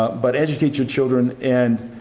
but educate your children. and